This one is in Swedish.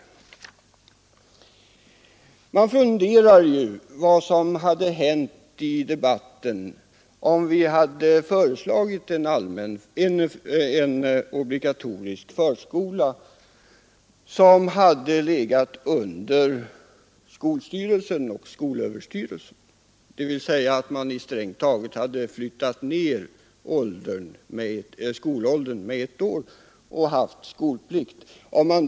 Jag har funderat över vad som hade hänt i debatten om regeringen hade föreslagit en obligatorisk förskola, som hade legat under skolstyrelserna och skolöverstyrelsen — dvs. att man strängt taget hade flyttat ned åldersgränsen för skolstart med ett år och haft skolplikt från sex år.